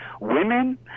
women